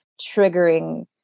triggering